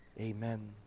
Amen